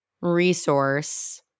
resource